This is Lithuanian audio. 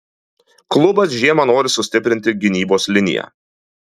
klubas žiemą nori sustiprinti gynybos liniją